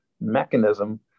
mechanism